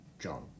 John